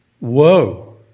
Woe